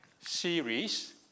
series